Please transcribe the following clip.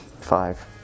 Five